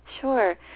Sure